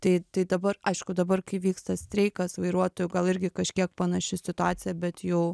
tai dabar aišku dabar kai vyksta streikas vairuotojų gal irgi kažkiek panaši situacija bet jau